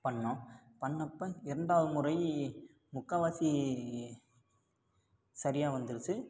பண்ணோம் பண்ணப்போ இரண்டாவது முறை முக்கால்வாசி சரியாக வந்துருச்சு